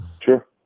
Sure